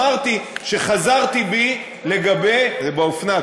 אמרתי שחזרתי בי לגבי זה באופנה,